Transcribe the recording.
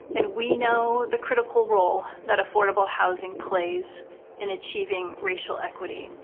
and we know the critical role that affordable housing plays in achieving racial equity.